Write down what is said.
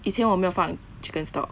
以前我没有放 chicken stock